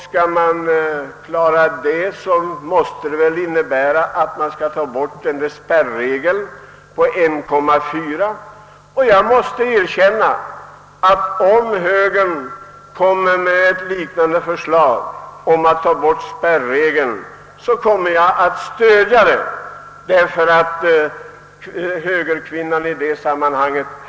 Skall man klara detta måste det väl innebära att man skall ta bort spärregeln på 1,4. Om högern lägger fram ett liknande förslag om borttagande av spärregeln kommer jag att stödja det, ty högerkvinnan hade rätt i det sammanhanget.